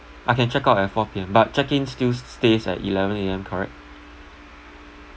I can check out at four P_M but check in still stays at eleven A_M correct